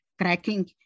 cracking